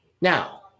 Now